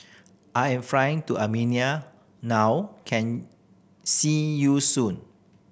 I am flying to Armenia now can see you soon